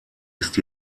ist